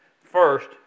First